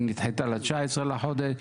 היא נדחתה ל-19 בחודש,